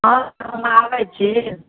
हँ तऽ हम आबैत छी